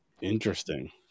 Interesting